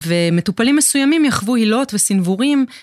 ומטופלים מסוימים יחוו הילות וסינוורים.